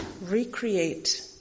recreate